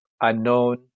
Unknown